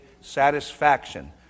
satisfaction